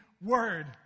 word